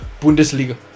Bundesliga